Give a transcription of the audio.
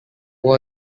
was